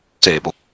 Table